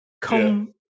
come